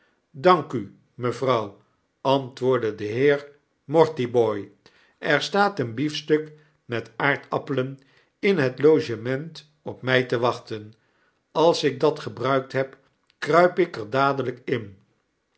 dank u mevrouw antwoordde de heer mortibooi er staat een biefstuk metaardappelen in het logement op mij te wachten als ik dat gebruikt heb kruip ik er dadeljjk in